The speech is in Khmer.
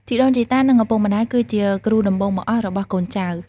ជីដូនជីតា និងឪពុកម្ដាយ គឺជា គ្រូដំបូងបង្អស់ របស់កូនចៅ។